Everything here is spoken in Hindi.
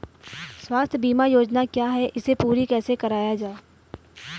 स्वास्थ्य बीमा योजना क्या है इसे पूरी कैसे कराया जाए?